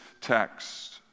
text